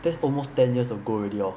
that's almost ten years ago already hor